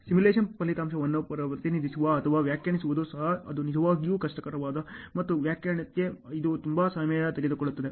simulation ಫಲಿತಾಂಶಗಳನ್ನು ಪ್ರತಿನಿಧಿಸುವುದು ಅಥವಾ ವ್ಯಾಖ್ಯಾನಿಸುವುದು ಸಹ ಅದು ನಿಜವಾಗಿಯೂ ಕಷ್ಟಕರವಾಗಿದೆ ಮತ್ತು ವ್ಯಾಖ್ಯಾನಕ್ಕೆ ಇದು ತುಂಬಾ ಸಮಯ ತೆಗೆದುಕೊಳ್ಳುತ್ತದೆ